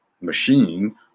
machine